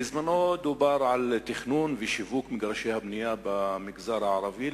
בזמנו דובר על תכנון ושיווק מגרשי בנייה במגזר הערבי,